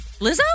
Lizzo